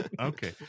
Okay